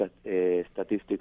statistics